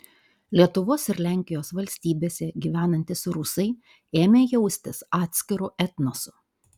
lietuvos ir lenkijos valstybėse gyvenantys rusai ėmė jaustis atskiru etnosu